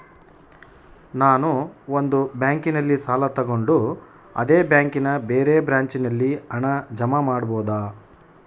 ನಾನು ಒಂದು ಬ್ಯಾಂಕಿನಲ್ಲಿ ಸಾಲ ತಗೊಂಡು ಅದೇ ಬ್ಯಾಂಕಿನ ಬೇರೆ ಬ್ರಾಂಚಿನಲ್ಲಿ ಹಣ ಜಮಾ ಮಾಡಬೋದ?